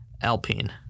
Alpine